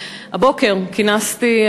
הבוקר כינסתי,